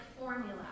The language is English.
formula